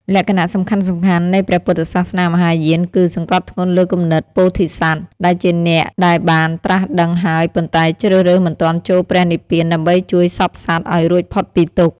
លក្ខណៈសំខាន់ៗនៃព្រះពុទ្ធសាសនាមហាយានគឺ សង្កត់ធ្ងន់លើគំនិតពោធិសត្វ ដែលជាអ្នកដែលបានត្រាស់ដឹងហើយ ប៉ុន្តែជ្រើសរើសមិនទាន់ចូលព្រះនិព្វាន ដើម្បីជួយសព្វសត្វឱ្យរួចផុតពីទុក្ខ។